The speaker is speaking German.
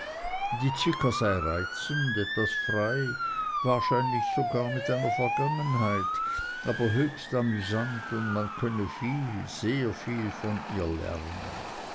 die zwicker sei reizend etwas frei wahrscheinlich sogar mit einer vergangenheit aber höchst amüsant und man könne viel sehr viel von ihr lernen